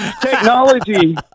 technology